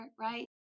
right